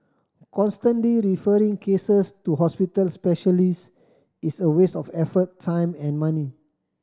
constantly referring cases to hospital specialist is a waste of effort time and money